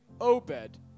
Obed